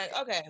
okay